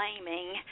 blaming